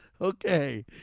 okay